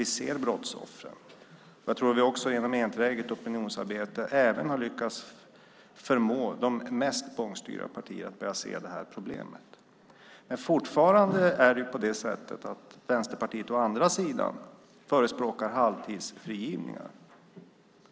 Vi ser brottsoffren, och jag tycker att vi genom enträget opinionsarbete även har lyckats förmå de mest bångstyriga partierna att börja se det här problemet. Men fortfarande förespråkar Vänsterpartiet halvtidsfrigivning.